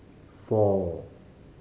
four